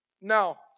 now